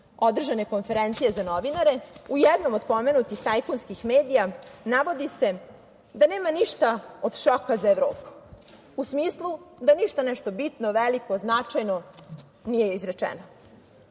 održane konferencije za novinare u jednom od pomenutih tajkunskih medija navodi se da nema ništa od šoka za Evropu, u smislu da ništa nešto bitno, veliko, značajno nije izrečeno.